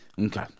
Okay